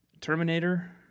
Terminator